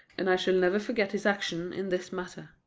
and i shall never forget his action in this matter.